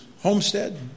homestead